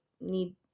need